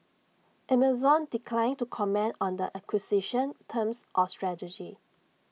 Amazon declined to comment on the acquisition's terms or strategy